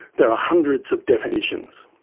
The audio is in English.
there are hundreds of definitions.